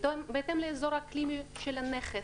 בהתאם לאזור האקלימי של הנכס.